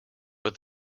but